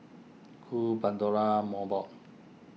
Cool Pandora Mobot